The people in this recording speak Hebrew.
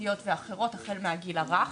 התפתחותיות ואחרות החל מהגיל הרך.